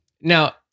Now